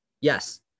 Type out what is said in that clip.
Yes